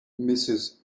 mrs